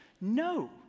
No